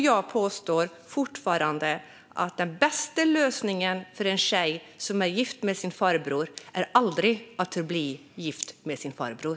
Jag påstår fortfarande att den bästa lösningen för en tjej som är gift med sin farbror aldrig är att hon förblir gift med sin farbror.